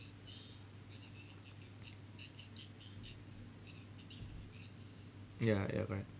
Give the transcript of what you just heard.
ya ya correct